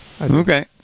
Okay